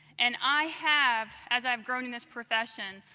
and i have, as i've grown in this profession,